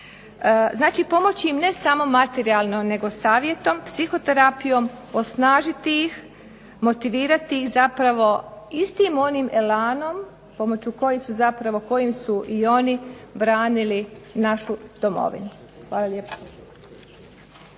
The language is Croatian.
znači pomoći im ne samo materijalno, nego savjetom, psihoterapijom, osnažiti ih, motivirati ih zapravo istim onim elanom pomoću kojeg su i oni branili našu domovinu. Hvala lijepa.